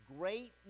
Great